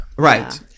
Right